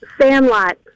Sandlot